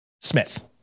smith